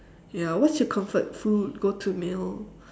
ya what's your comfort food go to meal